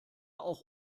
auch